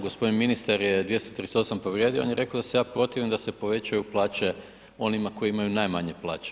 Gospodin Ministar je 238. povrijedio, on je rekao da se ja protivim da se povećaju plaće onima koji imaju najmanje plaće.